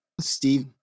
Steve